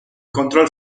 control